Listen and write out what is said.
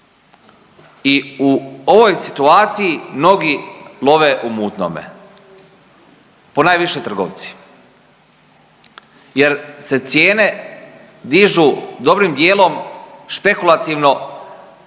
I u ovoj situaciji mnogi love u mutnome ponajviše trgovci, jer se cijene dižu dobrim dijelom špekulativno